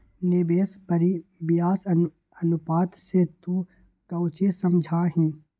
निवेश परिव्यास अनुपात से तू कौची समझा हीं?